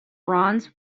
bronze